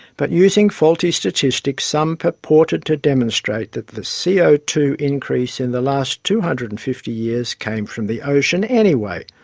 but using faulty statistics some purported to demonstrate that the c o two increase in the last two hundred and fifty years came from the ocean anyway,